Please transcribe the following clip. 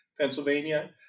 Pennsylvania